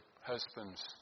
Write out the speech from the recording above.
husband's